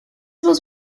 was